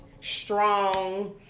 strong